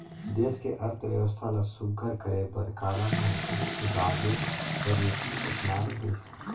देस के अर्थबेवस्था ल सुग्घर करे बर कालाधन कर उजागेर बर नीति अपनाल गइस